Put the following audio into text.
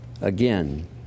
again